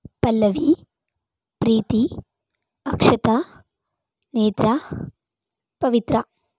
Pallavi Preeti Akshata Netra Pavithra